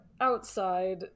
outside